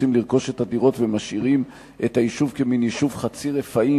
אנשים שרוצים לרכוש את הדירות ומשאירים את היישוב כמין יישוב חצי-רפאים,